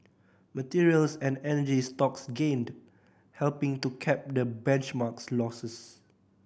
materials and energy stocks gained helping to cap the benchmark's losses